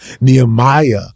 Nehemiah